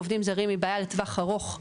עובדים זרים היא בעיה לטווח ארוך,